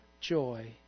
joy